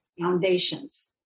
foundations